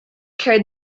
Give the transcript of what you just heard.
carried